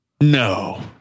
No